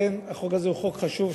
החוק הזה הוא חוק חשוב,